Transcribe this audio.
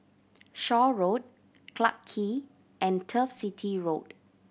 Shaw Road Clarke Quay and Turf City Road